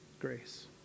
grace